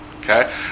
Okay